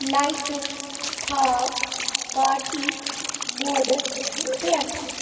لایٹہٕ تھاو پارٹی موڈس پیٹھ